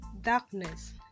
darkness